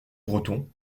breton